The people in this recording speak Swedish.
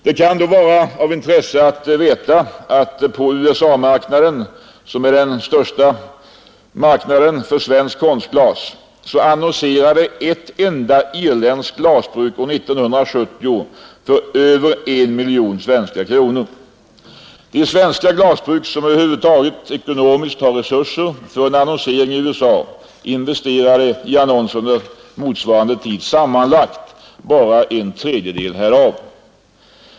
Det kan då vara av intresse att veta att på USA-marknaden, som är den största marknaden för svenskt konstglas, annonserade ett enda irländskt glasbruk år 1970 för över en miljon svenska kronor. De svenska glasbruk som över huvud taget ekonomiskt har resurser för en annonsering i USA investerade i annonser under motsvarande tid sammanlagt bara en tredjedel därav.